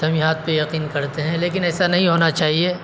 توہمات پہ یقین کرتے ہیں لیکن ایسا نہیں ہونا چاہیے